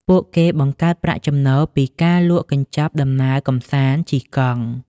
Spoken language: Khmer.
ពួកគេបង្កើតប្រាក់ចំណូលពីការលក់កញ្ចប់ដំណើរកម្សាន្តជិះកង់ ។